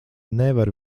nevar